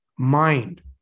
mind